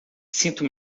sinto